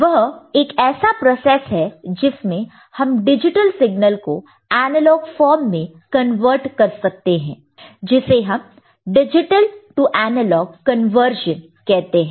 वह एक ऐसा प्रोसेस है जिससे हम डिजिटल सिग्नल को एनालॉग फॉर्म में कन्वर्ट कर सकते हैं जिसे हम डिजिटल टू एनालॉग कन्वर्जन कहते हैं